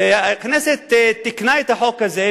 הכנסת תיקנה את החוק הזה,